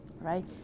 Right